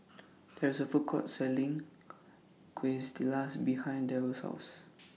There IS A Food Court Selling Quesadillas behind Darrell's House